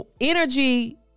energy